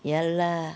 ya lah